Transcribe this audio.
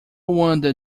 wonder